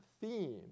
theme